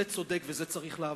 זה צודק וזה צריך לעבור.